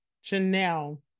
Chanel